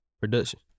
production